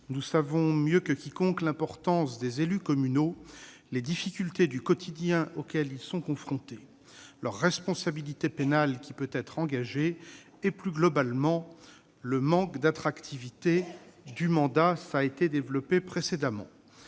nous savons mieux que quiconque l'importance des élus communaux, les difficultés du quotidien auxquelles ils sont confrontés, leur responsabilité pénale qui peut être engagée et, plus globalement, le manque d'attractivité du mandat- d'autres orateurs